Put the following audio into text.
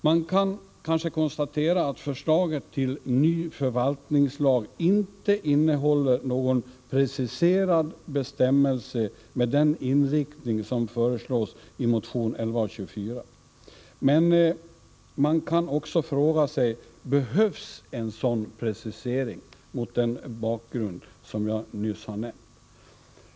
Man kan kanske konstatera att förslaget till ny förvaltningslag inte innehåller någon preciserad bestämmelse med den inriktning som föreslås i motion 1124. Men man kan också fråga sig: Behövs en sådan precisering, mot den bakgrund som jag nyss har redovisat?